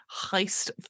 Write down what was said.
heist